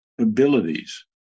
abilities